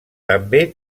també